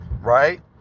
right